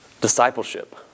discipleship